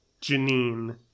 Janine